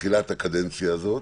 בתחילת הקדנציה הזאת,